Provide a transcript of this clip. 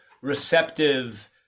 receptive